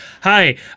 Hi